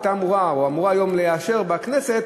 הייתה אמורה או אמורה היום להיות מאושרת בכנסת,